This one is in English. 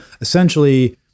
essentially